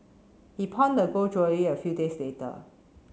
he pawned the gold jewellery a few days later